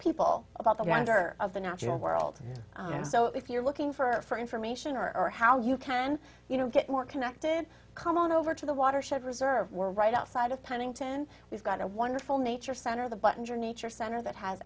people about the founder of the natural world so if you're looking for information or or how you can you know get more connected come on over to the watershed reserve we're right outside of pennington we've got a wonderful nature center the buttons or nature center that has